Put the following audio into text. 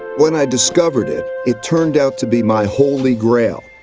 when i discovered it, it turned out to be my holy grail.